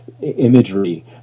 imagery